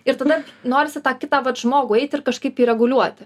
ir tada norisi tą kitą vat žmogų eiti ir kažkaip jį reguliuoti